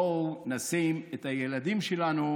בואו נשים את הילדים שלנו